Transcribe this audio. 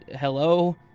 hello